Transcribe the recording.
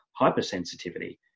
hypersensitivity